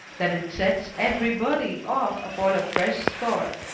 that it sets every body off upon a fresh score.